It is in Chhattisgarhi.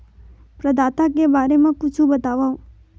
प्रदाता के बारे मा कुछु बतावव?